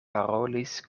parolis